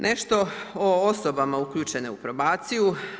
Nešto o osobama uključenim u probaciju.